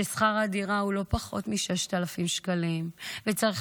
ששכר הדירה הוא לא פחות מ-6,000 שקלים וצריך